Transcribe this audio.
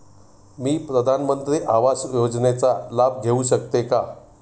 मी प्रधानमंत्री आवास योजनेचा लाभ घेऊ शकते का?